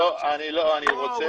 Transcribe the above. רוצה להישאר פתוח.